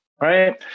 right